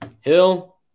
Hill